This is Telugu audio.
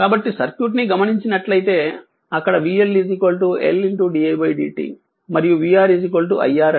కాబట్టి సర్క్యూట్ ని గమనించినట్లైతే ఇక్కడ vL L di dt మరియు v R I R ఉంటుంది